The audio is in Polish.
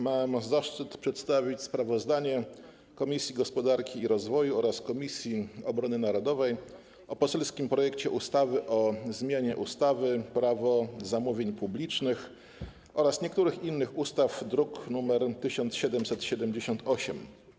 Mam zaszczyt przedstawić sprawozdanie Komisji Gospodarki i Rozwoju oraz Komisji Obrony Narodowej o poselskim projekcie ustawy o zmianie ustawy - Prawo zamówień publicznych oraz niektórych innych ustaw, druk nr 1778.